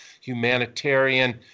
humanitarian